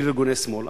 של ארגוני שמאל,